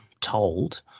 told